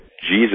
Jesus